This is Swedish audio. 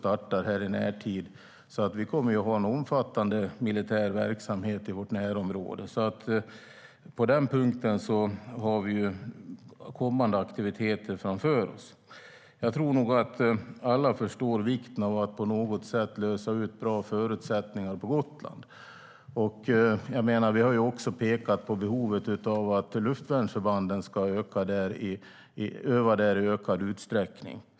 Vi kommer alltså att ha en omfattande militär verksamhet i vårt närområde framför oss. Jag tror att alla förstår vikten av att få till bra förutsättningar på Gotland. Vi har också pekat på behovet av att luftvärnsförbanden ska öva där i ökad utsträckning.